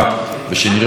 בעזרת השם,